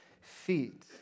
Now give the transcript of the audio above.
feet